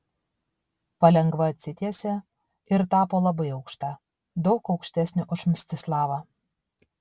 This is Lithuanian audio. palengva atsitiesė ir tapo labai aukšta daug aukštesnė už mstislavą